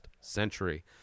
century